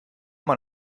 man